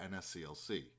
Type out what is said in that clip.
NSCLC